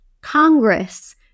Congress